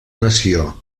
nació